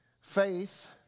faith